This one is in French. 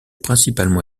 principalement